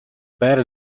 better